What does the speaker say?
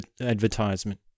advertisement